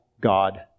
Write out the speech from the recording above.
God